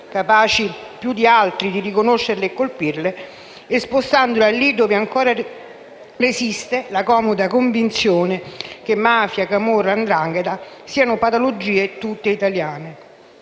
capaci, più di altri, di riconoscerle e colpirle - e spostandola lì dove ancora resiste la comoda convinzione che mafia, camorra e 'ndrangheta siano patologie tutte italiane.